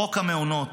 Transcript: חוק המעונות,